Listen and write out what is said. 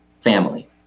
family